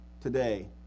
today